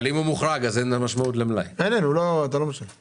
אם הוא מוחרג אז גם המלאי מוחרג.